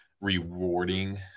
rewarding